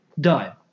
Done